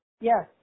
Yes